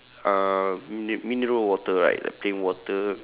uh mine~ mineral water right like plain water